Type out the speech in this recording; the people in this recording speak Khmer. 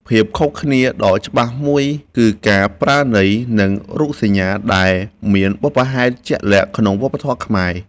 ភាពខុសគ្នាដ៏ច្បាស់មួយគឺការប្រើន័យ និងរូបសញ្ញា ដែលមានបុព្វហេតុជាក់លាក់ក្នុងវប្បធម៌ខ្មែរ។